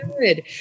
good